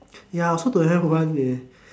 ya I also don't have one leh